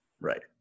Right